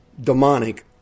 demonic